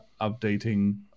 updating